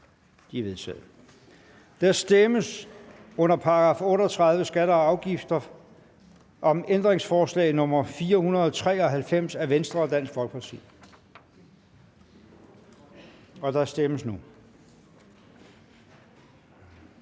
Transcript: er vedtaget. Til § 38. Skatter og afgifter. Der stemmes om ændringsforslag nr. 493 af Venstre og Dansk Folkeparti, og der stemmes nu.